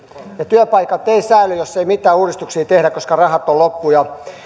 ja työpaikat eivät säily jos ei mitään uudistuksia tehdä koska rahat on loppu